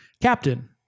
Captain